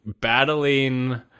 battling